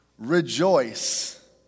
Rejoice